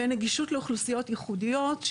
ונגישות לאוכלוסיות ייחודיות,